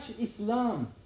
Islam